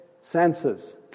senses